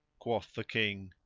quoth the king,